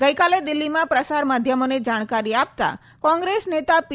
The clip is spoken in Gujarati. ગઈકાલે દિલ્હીમાં પ્રસાર માધ્યમોને જાણકારી આપતા કોંગ્રેસ નેતા પી